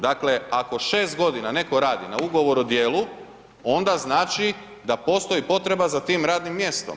Dakle, ako 6 g. netko radi na ugovor o dijelu, onda znači, da postoji potreba za tim radnim mjestom.